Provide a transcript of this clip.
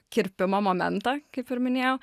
kirpimo momentą kaip ir minėjau